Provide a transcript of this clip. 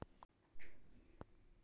सचिन को नेस्कैफे की कॉफी बहुत पसंद है